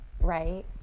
right